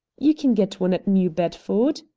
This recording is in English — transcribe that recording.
you can get one at new bedford,